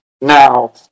Now